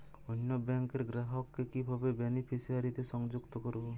অন্য ব্যাংক র গ্রাহক কে কিভাবে বেনিফিসিয়ারি তে সংযুক্ত করবো?